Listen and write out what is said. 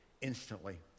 instantly